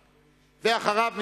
ואחריו,